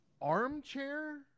Armchair